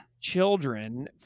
children